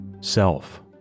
Self